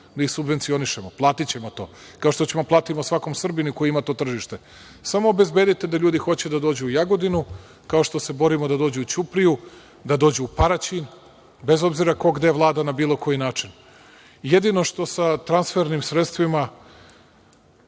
da ih subvencionišemo, platićemo to, kao što ćemo da platimo svakom Srbinu koji ima to tržište. Samo obezbedite da ljudi hoće da dođu u Jagodinu, kao što se borimo da dođu u Ćupriju, da dođu u Paraćin, bez obzira ko gde vlada na bilo koji način. Jedino što sa transfernim sredstvima